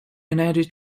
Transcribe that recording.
energy